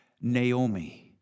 Naomi